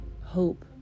hope